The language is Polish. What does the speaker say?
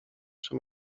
czy